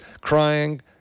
crying